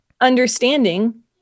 understanding